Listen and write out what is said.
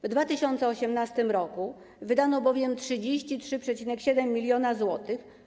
W 2018 r. wydano bowiem 33,7 mln zł.